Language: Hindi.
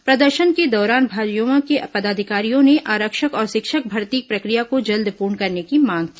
प्रदर्शन के दौरान भाजयुमो के पदाधिकारियों ने आरक्षक और शिक्षक भर्ती प्रक्रिया को जल्द पूर्ण करने की मांग की